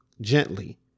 gently